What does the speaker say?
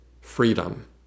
freedom